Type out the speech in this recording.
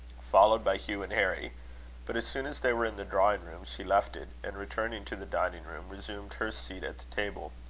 followed by hugh and harry but as soon as they were in the drawing-room, she left it and, returning to the dining-room, resumed her seat at the table.